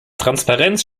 transparenz